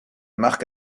marc